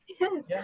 Yes